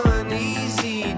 uneasy